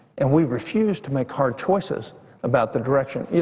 and we refuse to make hard choices about the direction. yeah